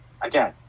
again